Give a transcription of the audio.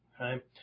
right